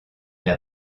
n’a